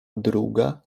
druga